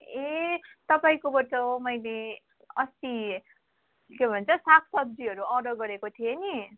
ए तपाईँकोबाट मैले अस्ति के भन्छ साग सब्जीहरू अर्डर गरेको थिएँ नि